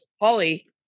Holly